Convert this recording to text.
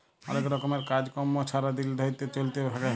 অলেক রকমের কাজ কম্ম ছারা দিল ধ্যইরে চইলতে থ্যাকে